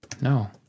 No